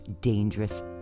dangerous